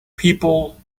people